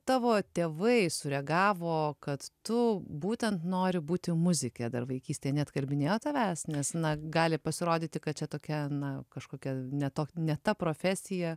tavo tėvai sureagavo kad tu būtent nori būti muzike dar vaikystėj neatkalbinėjo tavęs nes na gali pasirodyti kad čia tokia na kažkokia ne to ne ta profesija